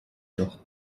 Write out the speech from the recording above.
doch